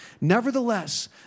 Nevertheless